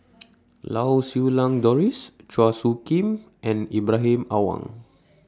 Lau Siew Lang Doris Chua Soo Khim and Ibrahim Awang